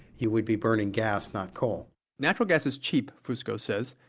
you would be burning gas, not coal natural gas is cheap, fusco says,